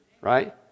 right